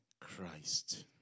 Christ